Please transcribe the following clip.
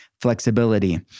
flexibility